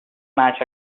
match